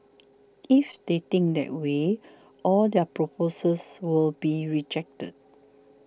if they think that way all their proposals will be rejected